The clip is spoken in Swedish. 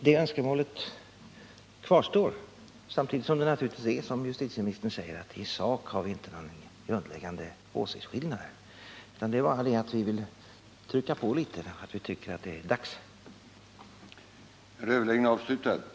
Det önskemålet — Nr 35 kvarstår, samtidigt som det naturligtvis är som justitieministern säger, att vi i sak inte har någon grundläggande åsiktsskillnad. Det är bara det att vi vill trycka på litet, att vi tycker att det är dags att göra något.